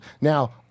Now